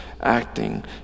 acting